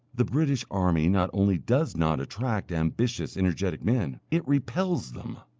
the british army not only does not attract ambitious, energetic men, it repels them.